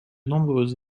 nombreuses